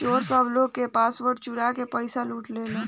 चोर सब लोग के पासवर्ड चुरा के पईसा लूट लेलेन